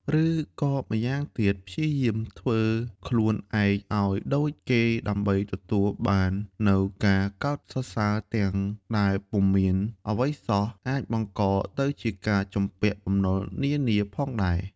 ឬក៏ម្ប៉ាងទៀតព្យាយាមធ្វើខ្លួនឯងឲ្យដូចគេដើម្បីទទួលបាននូវការកោតសរសើរទាំងដែលពុំមានអ្វីសោះអាចបង្កទៅជាការជំពាក់បំណុលនានាផងដែរ។